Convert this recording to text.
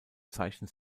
zeichnet